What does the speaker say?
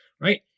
right